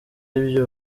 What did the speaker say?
ibyo